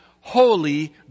holy